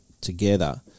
together